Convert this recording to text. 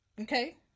Okay